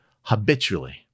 habitually